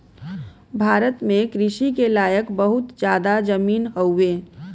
भारत में कृषि के लायक बहुत जादा जमीन हउवे